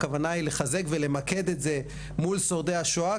הכוונה היא לחזק ולמקד את זה מול שורדי השואה,